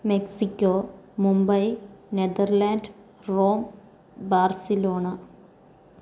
Mexico Mumbai Netherlands Rome Barcelona